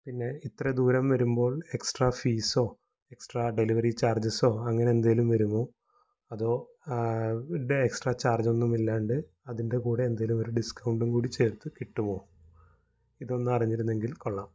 പിന്നെ ഇത്ര ദൂരം വരുമ്പോൾ എക്സ്ട്രാ ഫീസ്സോ എക്സ്ട്രാ ഡെലിവറി ചാർജസ്സോ അങ്ങനെ എന്തെങ്കിലും വരുമോ അതോ ടെ എക്സ്ട്രാ ചാർജസ്സൊന്നും ഇല്ലാണ്ട് അതിൻ്റെ കൂടെ എന്തെങ്കിലുമൊരു ഡിസ്കൗണ്ടുംകൂടിച്ചേർത്ത് കിട്ടുമോ ഇതൊന്നറിഞ്ഞിരുന്നെങ്കിൽ കൊള്ളാം